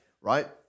right